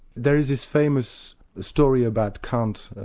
there is this famous story about kant,